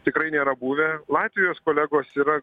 tikrai nėra buvę latvijos kolegos yra